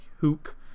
Hook